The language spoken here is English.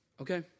okay